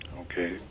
okay